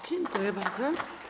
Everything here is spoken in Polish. Dziękuję bardzo.